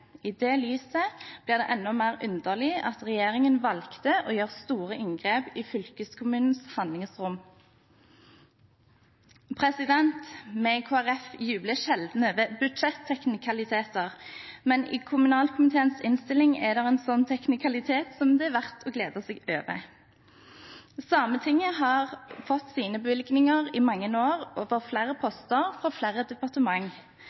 I det perspektivet blir det enda mer underlig at regjeringen valgte å gjøre store inngrep i fylkeskommunenes handlingsrom. Vi i Kristelig Folkeparti jubler sjelden over budsjetteknikaliteter, men i kommunalkomiteens innstilling er det en slik teknikalitet som det er verdt å glede seg over. Sametinget har i mange år fått sine bevilgninger over flere poster og fra flere